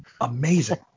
amazing